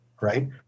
right